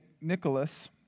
Nicholas